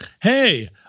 Hey